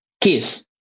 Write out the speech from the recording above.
kiss